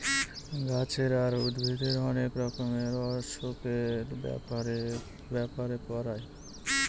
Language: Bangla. গাছের আর উদ্ভিদের অনেক রকমের অসুখের ব্যাপারে পড়ায়